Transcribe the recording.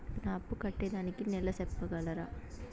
నా అప్పు కట్టేదానికి నెల సెప్పగలరా?